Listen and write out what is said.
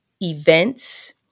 events